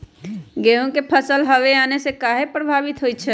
गेंहू के फसल हव आने से काहे पभवित होई छई?